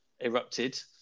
erupted